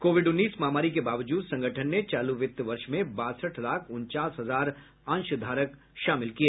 Covid उन्नीस महामारी के बावजूद संगठन ने चालू वित्त वर्ष में बासठ लाख उनचास हजार अंशधारक शामिल किए